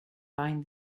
bind